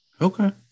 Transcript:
okay